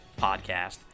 podcast